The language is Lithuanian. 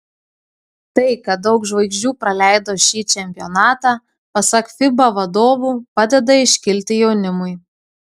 tai kad daug žvaigždžių praleido šį čempionatą pasak fiba vadovų padeda iškilti jaunimui